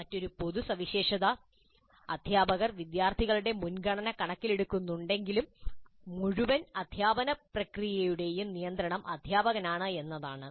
മറ്റൊരു പൊതു സവിശേഷത അധ്യാപകർ വിദ്യാർത്ഥികളുടെ മുൻഗണന കണക്കിലെടുക്കുന്നുണ്ടെങ്കിലും മുഴുവൻ അധ്യാപന പ്രക്രിയയുടെയും നിയന്ത്രണം അധ്യാപകനാണ് എന്നതാണ്